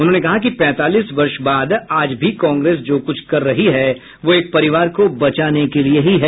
उन्होंने कहा कि पैंतालीस वर्ष बाद आज भी कांग्रेस जो कुछ कर रही है वह एक परिवार को बचाने के लिए ही है